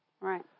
Right